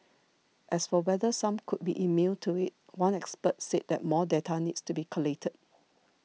as for whether some could be immune to it one expert said more data needs to be collated